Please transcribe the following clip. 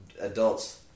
adults